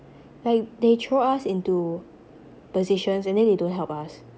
like they throw us into positions and then you don't help us